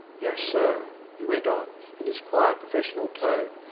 yes, sir, he went on in his quiet professional tone,